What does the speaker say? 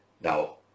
now